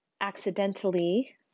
accidentally